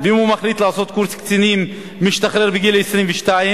ואם הוא מחליט לעשות קורס קצינים הוא משתחרר בגיל 22,